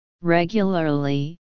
regularly